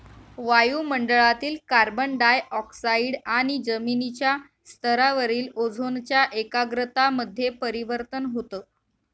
वायु मंडळातील carbon dioxide आणि जमिनीच्या स्तरावरील ओझोनच्या एकाग्रता मध्ये परिवर्तन होतं